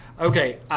Okay